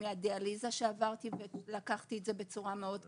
מהדיאליזה שעברתי ולקחתי את זה בצורה מאוד קשה.